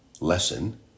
lesson